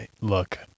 look